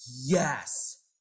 yes